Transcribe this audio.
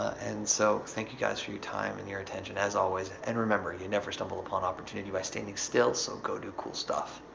and so, thank you guys for your time and your attention, as always. and remember, you never stumble upon opportunity by standing still, so go do cool stuff.